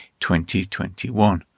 2021